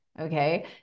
Okay